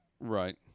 Right